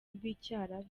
rw’icyarabu